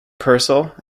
purcell